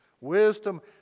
Wisdom